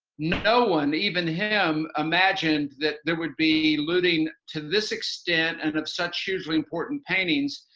no one, even him, imagined that there would be looting to this extent and that such usually important paintings.